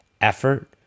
effort